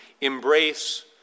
embrace